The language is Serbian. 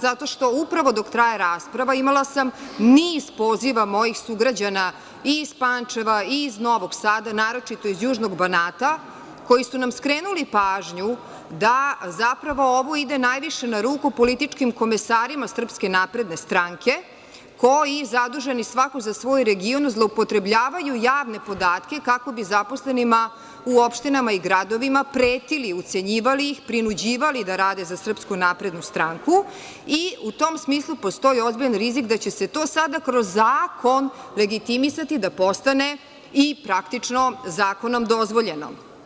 Zato što upravo dok traje rasprava imala sam niz poziva mojih sugrađana i iz Pančeva i iz Novog Sada, naročito iz južnog Banata, koji su nam skrenuli pažnju da zapravo ide najviše na ruku političkim komesarima SNS koji, zaduženi svako za svoj region, zloupotrebljavaju javne podatke kako bi zaposlenima u opštinama i gradovima pretili, ucenjivali ih, prinuđivali da rade za SNS i u tom smislu postoji ozbiljan rizik da će se to sada kroz zakon legitimisati da postane i praktično zakonom dozvoljeno.